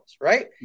right